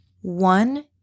One